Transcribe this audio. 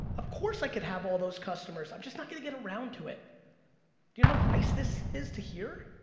of course i could have all those customers. i'm just not gonna get around to it. do you know how nice this is to hear?